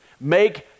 Make